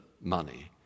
money